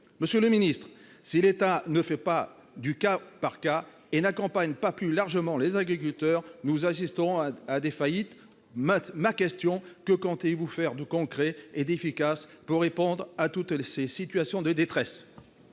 Monsieur le ministre, si l'État ne procède pas au cas par cas et n'accompagne pas plus largement les agriculteurs, nous assisterons à des faillites. Que comptez-vous faire de concret et d'efficace pour répondre à toutes les situations de détresse ?